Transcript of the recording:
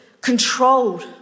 controlled